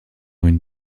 une